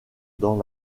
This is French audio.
dans